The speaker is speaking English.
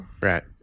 Right